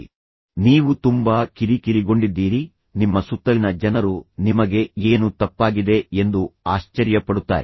ನೀವು ತುಂಬಾ ಕಿರಿಕಿರಿಗೊಂಡಿದ್ದೀರಿ ಮತ್ತು ನಂತರ ನೀವು ಆ ವ್ಯಕ್ತಿಯನ್ನು ಕಿರಿಕಿರಿಗೊಳಿಸುತ್ತೀರಿ ಮತ್ತು ನಿಮ್ಮ ಸುತ್ತಲಿನ ಜನರು ನಿಮಗೆ ಏನು ತಪ್ಪಾಗಿದೆ ಎಂದು ಆಶ್ಚರ್ಯ ಪಡುತ್ತಾರೆ